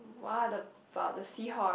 what about the seahorse